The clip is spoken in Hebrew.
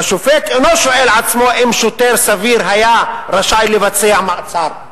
"השופט אינו שואל עצמו אם שוטר סביר היה רשאי לבצע מעצר",